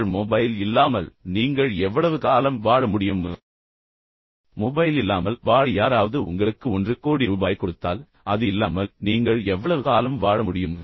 உங்கள் மொபைல் இல்லாமல் நீங்கள் எவ்வளவு காலம் வாழ முடியும் மற்றும் ஒரு கற்பனையான சூழ்நிலையில் நாம் சொல்லலாம் மொபைல் இல்லாமல் வாழ யாராவது உங்களுக்கு 1 கோடி ரூபாய் கொடுத்தால் அது இல்லாமல் நீங்கள் எவ்வளவு காலம் வாழ முடியும்